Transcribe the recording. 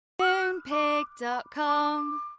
Moonpig.com